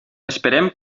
esperem